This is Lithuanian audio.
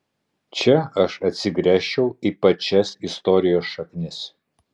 čia aš atsigręžčiau į pačias istorijos šaknis